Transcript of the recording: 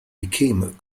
became